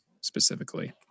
specifically